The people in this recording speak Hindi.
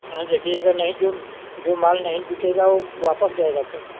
हाँ देखिएगा नहीं जो जो माल नहीं बिकेगा वो वापस जाएगा तब